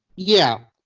yeah.